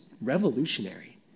revolutionary